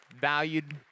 valued